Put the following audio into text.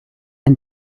and